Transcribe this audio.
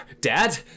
Dad